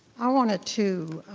i wanted to